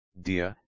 DIA